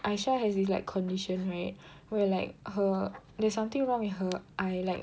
Aisyah has this like condition right where like her there's something wrong with her eye like